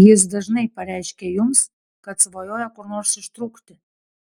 jis dažnai pareiškia jums kad svajoja kur nors ištrūkti